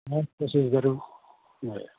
हवस् त्यसै गरौँ